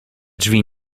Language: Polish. drzwi